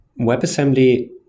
WebAssembly